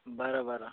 बरं बरं